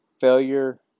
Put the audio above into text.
failure